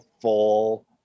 full